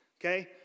Okay